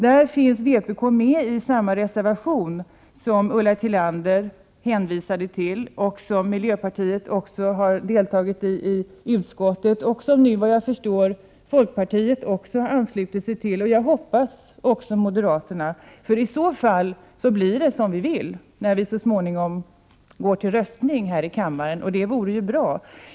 Här står vpk bakom samma reservation som den Ulla Tillander hänvisade till. I utskottet anslöt sig även miljöpartiet, och nu ansluter sig såvitt jag förstår också folkpartiet och jag hoppas även moderaterna. I så fall blir det som vi vill när vi så småningom går till röstning här i kammaren, och det vore ju bra.